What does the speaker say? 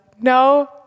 No